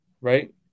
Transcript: right